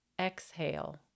Exhale